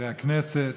חברי הכנסת,